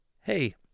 hey